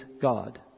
God